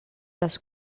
les